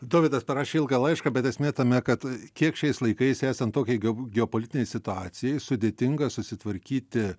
dovydas parašė ilgą laišką bet esmė tame kad kiek šiais laikais esant tokiai geopolitinei situacijai sudėtinga susitvarkyti